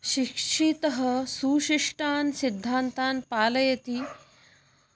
शिक्षितः सुशिष्टान् सिद्धान्तान् पालयति